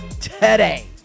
today